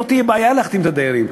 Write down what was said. לא תהיה בעיה להחתים את הדיירים,